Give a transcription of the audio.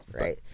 right